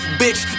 bitch